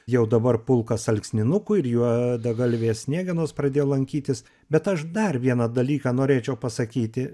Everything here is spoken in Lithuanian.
jau dabar pulkas alksninukų ir juodagalvės sniegenos pradėjo lankytis bet aš dar vieną dalyką norėčiau pasakyti